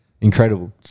Incredible